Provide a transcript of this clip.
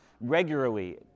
regularly